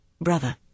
Brother